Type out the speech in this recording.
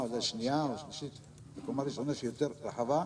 שנייה או שלישית לקומה ראשונה שהיא יותר רחבה,